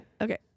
Okay